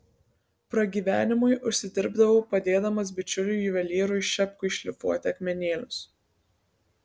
pragyvenimui užsidirbdavau padėdamas bičiuliui juvelyrui šepkui šlifuoti akmenėlius